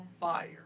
fire